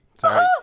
Sorry